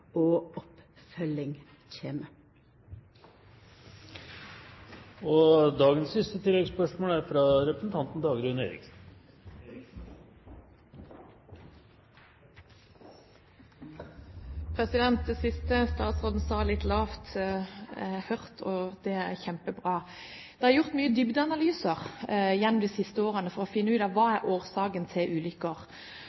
og oppfølging kjem. Dagrun Eriksen – til dagens siste oppfølgingsspørsmål. Det siste statsråden sa litt lavt, er hørt – og det er kjempebra. Det er gjort mange dybdeanalyser gjennom de siste årene for å finne ut av hva